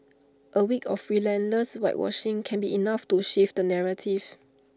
A week of relentless whitewashing can be enough to shift the narrative